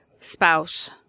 spouse